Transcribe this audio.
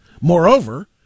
Moreover